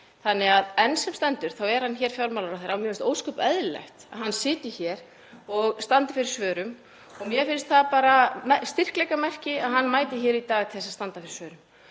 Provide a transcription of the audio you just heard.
Þannig að enn sem komið er er hann hér fjármálaráðherra og mér finnst ósköp eðlilegt að hann sitji hér og standi fyrir svörum. Mér finnst það bara styrkleikamerki að hann mæti hér í dag til að standa fyrir svörum.